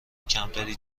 کمتری